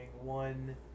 One